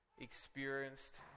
experienced